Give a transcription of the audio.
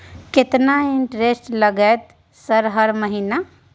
केतना इंटेरेस्ट लगतै सर हर महीना?